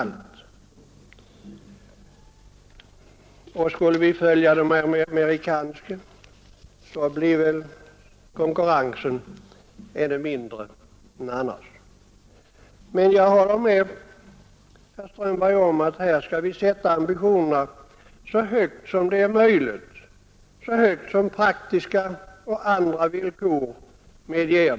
Skulle vi följa de amerikanska normerna, blir väl konkurrensen ännu mindre. Jag håller med herr Strömberg om att vi bör sätta ambitionerna så högt som praktiska och tekniska förhållanden medger.